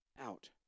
out